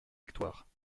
victoire